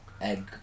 egg